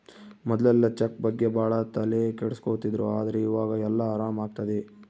ಮೊದ್ಲೆಲ್ಲ ಚೆಕ್ ಬಗ್ಗೆ ಭಾಳ ತಲೆ ಕೆಡ್ಸ್ಕೊತಿದ್ರು ಆದ್ರೆ ಈವಾಗ ಎಲ್ಲ ಆರಾಮ್ ಆಗ್ತದೆ